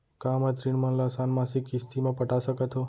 का मैं ऋण मन ल आसान मासिक किस्ती म पटा सकत हो?